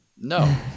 No